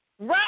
Right